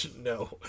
No